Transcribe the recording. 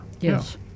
Yes